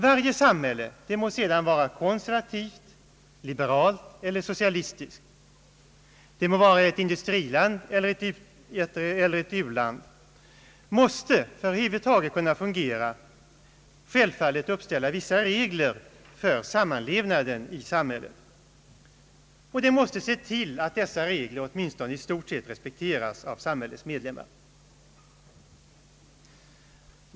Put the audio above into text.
Varje samhälle, det må vara konservativt, liberalt eller socialistiskt, det må vara ett industriland eller ett u-land, måste för att över huvud taget kunna fungera självfallet uppställa vissa reg ler för sammanlevnaden. Samhället måste se till att dessa regler åtminstone i stort sett respekteras av dess medlemmar.